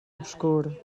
obscur